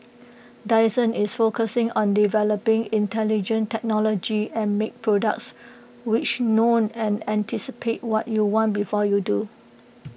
Dyson is focusing on developing intelligent technology and make products which know and anticipate what you want before you do